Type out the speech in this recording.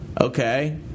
Okay